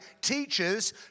teachers